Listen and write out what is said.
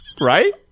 Right